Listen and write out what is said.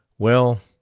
well,